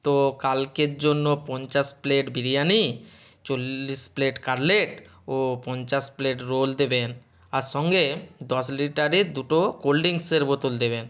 তো কালকের জন্য পঞ্চাশ প্লেট বিরিয়ানি চল্লিশ প্লেট কাটলেট ও পঞ্চাশ প্লেট রোল দেবেন আর সঙ্গে দশ লিটারের দুটো কোল্ড ডিঙ্কসের বোতল দেবেন